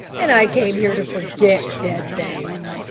and i came here to forget dead things!